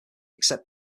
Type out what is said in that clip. except